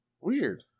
Weird